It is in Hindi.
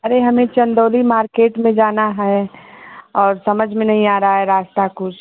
अरे हमें चंदौली मार्केट में जाना है और समझ में नहीं आ रहा है रास्ता कुछ